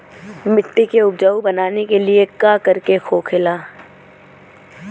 मिट्टी के उपजाऊ बनाने के लिए का करके होखेला?